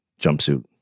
jumpsuit